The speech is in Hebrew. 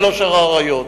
ולא שער האריות,